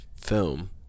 film